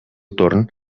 torn